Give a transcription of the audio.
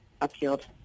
appealed